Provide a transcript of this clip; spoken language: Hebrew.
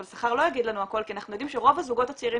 אבל שכר לא יגיד לנו הכול כי אנחנו יודעים שרוב הזוגות הצעירים